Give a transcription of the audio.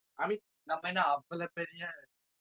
I mean நம்ம என்ன அவ்வளவு பெரிய:namma enna avvalvu periya